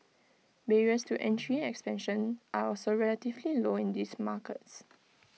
barriers to entry and expansion are also relatively low in these markets